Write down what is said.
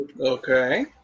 Okay